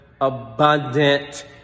abundant